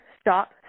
Stop